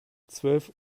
zwölf